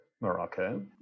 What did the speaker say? Morocco